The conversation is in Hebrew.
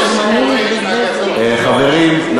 כבוד היושב-ראש,